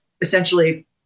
essentially